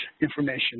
information